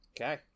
okay